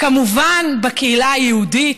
כמובן בקהילה היהודית,